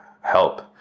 help